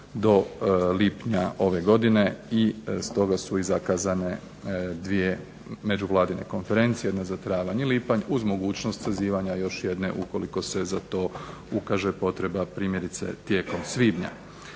do lipnja ove godine, i stoga su zakazane dvije međuvladine konferencije jedna za travanj i lipanj uz mogućnost zakazivanja još jedne ukoliko se za to ukaže potreba tijekom svibnja.